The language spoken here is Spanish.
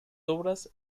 obras